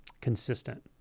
consistent